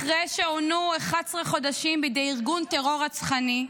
אחרי שעונו 11 חודשים בידי ארגון טרור רצחני,